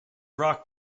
rock